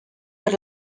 per